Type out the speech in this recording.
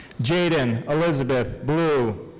jayden elizabeth blue.